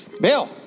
Bill